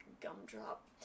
gumdrop